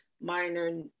minor